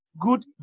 good